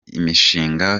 imishinga